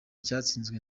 cyatsinzwe